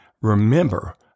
remember